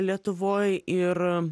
lietuvoj ir